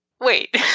wait